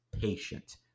patient